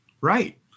Right